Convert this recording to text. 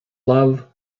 love